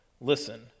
listen